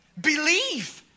believe